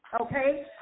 Okay